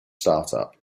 startup